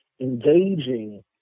engaging